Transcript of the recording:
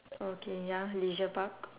okay ya leisure park